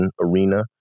arena